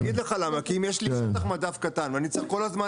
כי אם יש שטח מדף קטן ואני צריך כל הזמן